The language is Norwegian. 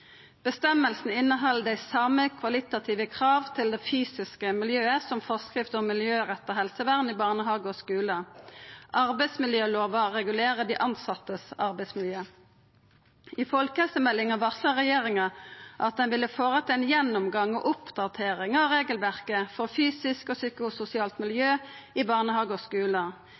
inneheld dei same kvalitative krava til det fysiske miljøet som forskrift om miljøretta helsevern i barnehagar og skular. Arbeidsmiljølova regulerer arbeidsmiljøet til dei tilsette. I Folkehelsemeldinga varsla regjeringa at ein ville «foreta en gjennomgang og oppdatering av regelverket for fysisk og psykososialt miljø i barnehager og